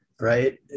Right